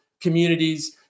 communities